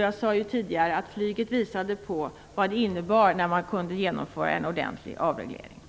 Jag sade tidigare att flyget visade vad det innebar när man kunde genomföra en ordentlig avreglering.